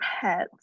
pets